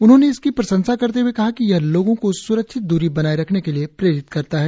उन्होंने इसकी प्रशंसा करते हए कहा कि यह लोगों को स्रक्षित द्ररी बनाए रखने के लिए प्रेरित करता है